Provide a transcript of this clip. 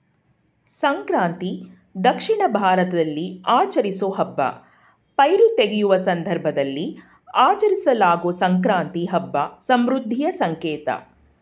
ಸಂಕ್ರಾಂತಿ ದಕ್ಷಿಣ ಭಾರತದಲ್ಲಿ ಆಚರಿಸೋ ಹಬ್ಬ ಪೈರು ತೆಗೆಯುವ ಸಂದರ್ಭದಲ್ಲಿ ಆಚರಿಸಲಾಗೊ ಸಂಕ್ರಾಂತಿ ಹಬ್ಬ ಸಮೃದ್ಧಿಯ ಸಂಕೇತ